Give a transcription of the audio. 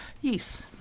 Yes